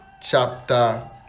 chapter